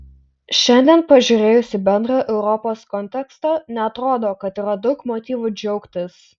šiandien pažiūrėjus į bendrą europos kontekstą neatrodo kad yra daug motyvų džiaugtis